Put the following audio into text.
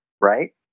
right